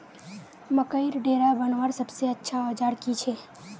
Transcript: मकईर डेरा बनवार सबसे अच्छा औजार की छे?